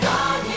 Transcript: God